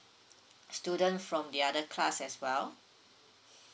student from the other class as well